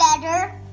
better